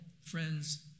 friends